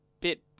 bit